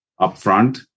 upfront